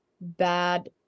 bad